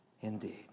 indeed